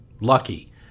lucky